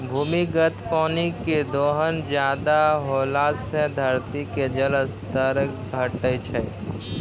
भूमिगत पानी के दोहन ज्यादा होला से धरती के जल स्तर घटै छै